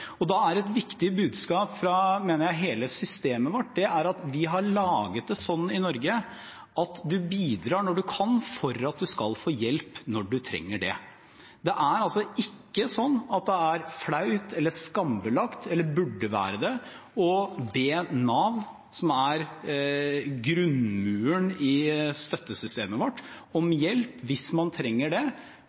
Da mener jeg det er et viktig budskap fra hele systemet vårt at vi har laget det sånn i Norge at du bidrar når du kan, for at du skal få hjelp når du trenger det. Det er altså ikke sånn at det er flaut eller skambelagt, eller burde være det, å be Nav, som er grunnmuren i støttesystemet vårt, om hjelp hvis man trenger det,